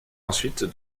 ensuite